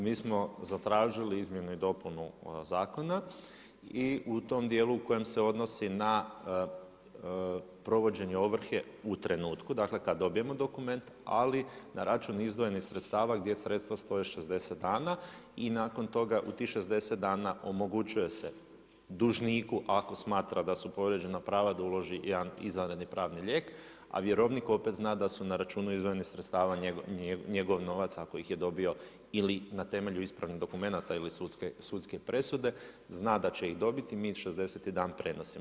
Mi smo zatražili izmjenu i dopunu zakona i u tom djelu u kojem se odnosi na provođenje ovrhe u trenutku, dakle kad dobijemo dokument ali na račun izdvojenih sredstava gdje sredstva stoje 60 dan i nakon toga u tih 60 dana omogućuje se dužniku ako smatra da su povrijeđena prava, da uloži jedna izvanredni pravni lijek a vjerovnik opet zna da su na računu izdanih sredstva njegov novac ako ih je dobio ili na temelju ispravnih dokumenata ili sudske presude zna da će ih dobiti, mi 60. dan prenosimo.